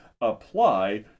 apply